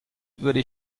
würde